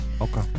Okay